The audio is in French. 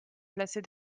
placée